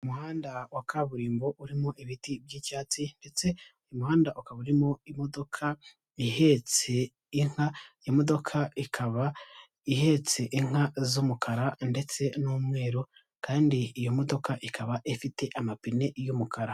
Umuhanda wa kaburimbo urimo ibiti by'icyatsi, ndetse umuhanda ukaba urimo imodoka ihetse inka. Imodoka ikaba ihetse inka z'umukara ndetse n'umweru, kandi iyo modoka ikaba ifite amapine y'umukara.